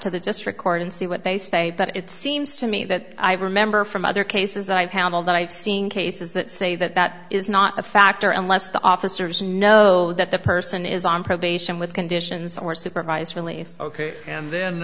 to the district court and see what they say but it seems to me that i remember from other cases that i've handled that i've seen cases that say that that is not a factor unless the officers know that the person is on probation with conditions or supervised release ok and then